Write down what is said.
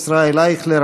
ישראל אייכלר,